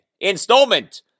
installment